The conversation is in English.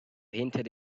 hinted